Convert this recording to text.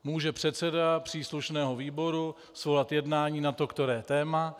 Může předseda příslušného výboru svolat jednání na to které téma.